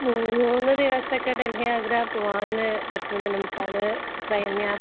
മൂ മൂന്ന് ദിവസമൊക്കെ ഡൽഹി ആഗ്ര പൂവാന്ന് പറ്റൂലെന്ന് വെച്ചാൽ ട്രെയിൻ യാ